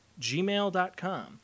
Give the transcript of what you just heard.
gmail.com